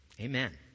Amen